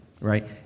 right